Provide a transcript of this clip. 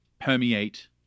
permeate